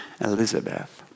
Elizabeth